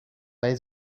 bei